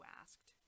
asked